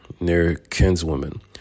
near-kinswoman